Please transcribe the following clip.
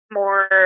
more